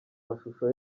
mashusho